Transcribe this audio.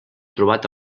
trobat